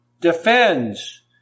defends